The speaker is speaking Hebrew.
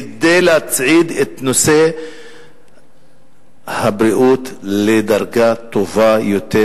כדי להצעיד את נושא הבריאות לדרגה טובה יותר,